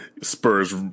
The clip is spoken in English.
Spurs